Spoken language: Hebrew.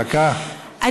דקה, בבקשה.